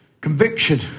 conviction